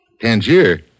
Tangier